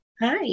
Hi